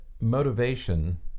motivation